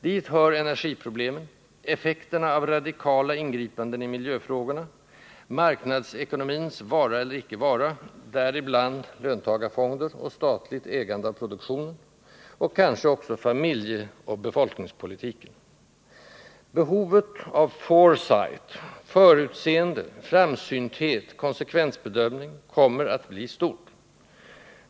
Dit hör energiproblemen, effekterna av radikala ingripanden i miljöfrågorna, marknadsekonomins vara eller icke vara — däribland löntagarfonder och statligt ägande av produktionen —och kanske också familjeoch befolkningspolitiken. Behovet av ”foresight” —- förutseende, framsynthet, konsekvensbedömning - kommer att bli stort.